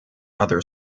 other